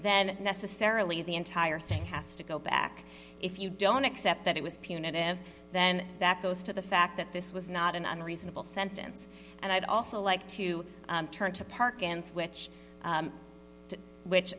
then necessarily the entire thing has to go back if you don't accept that it was punitive then that goes to the fact that this was not an unreasonable sentence and i'd also like to turn to park and switch which